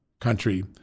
country